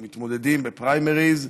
או מתמודדים בפריימריז,